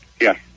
Yes